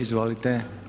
Izvolite.